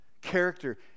Character